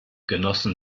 genossen